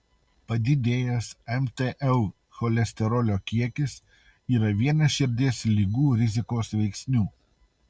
padidėjęs mtl cholesterolio kiekis yra vienas širdies ligų rizikos veiksnių